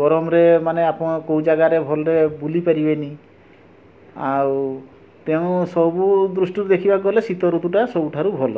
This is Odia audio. ଗରମରେ ମାନେ ଆପଣ କେଉଁ ଜାଗାରେ ଭଲରେ ବୁଲି ପାରିବେନି ଆଉ ତେଣୁ ସବୁ ଦୃଷ୍ଟିରୁ ଦେଖିବାକୁ ଗଲେ ଶୀତ ଋତୁଟା ସବୁଠାରୁ ଭଲ